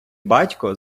батько